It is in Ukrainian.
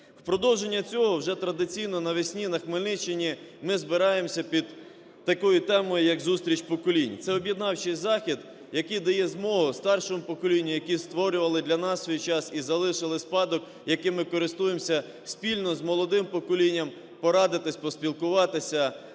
В продовження цього. Вже традиційно навесні на Хмельниччині ми збираємося під такою темою, як зустріч поколінь. Це об'єднавчий захід, який дає змогу старшому поколінню, які створювали для нас у свій час і залишили спадок, яким ми користуємося спільно з молодим поколінням, порадитись, поспілкуватися,